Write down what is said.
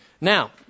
Now